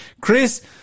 Chris